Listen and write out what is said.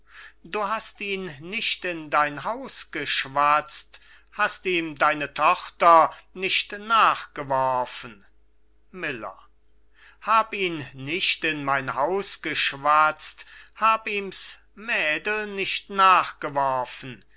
du hast ihn nicht in dein haus geschwatzt hast ihm deine tochter nicht nachgeworfen miller hab ihn nicht in mein haus geschwatzt hab ihm s mädel nicht